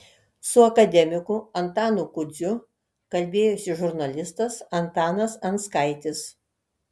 su akademiku antanu kudziu kalbėjosi žurnalistas antanas anskaitis